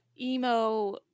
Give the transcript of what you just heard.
emo